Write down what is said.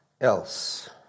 else